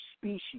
species